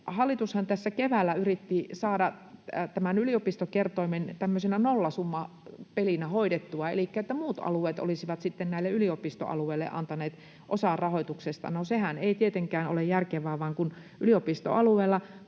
Hallitushan tässä keväällä yritti saada tämän yliopistokertoimen tämmöisenä nollasummapelinä hoidettua, elikkä niin, että muut alueet olisivat sitten näille yliopistoalueille antaneet osan rahoituksesta. No, sehän ei tietenkään ole järkevää, vaan kun yliopistoalueella